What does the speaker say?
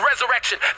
resurrection